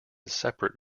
separate